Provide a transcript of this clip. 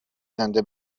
زنده